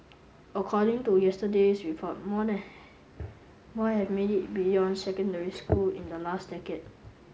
according to yesterday's report more than more have made it beyond secondary school in the last decade